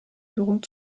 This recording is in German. führung